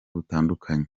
butandukanye